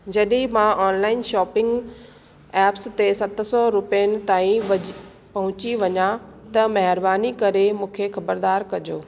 जॾहिं मां online shopping apps ते सत सौ रुपियनि ताईं पहुची वञा त महिरबानी करे मूंखे ख़बरदार कजो